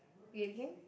do it again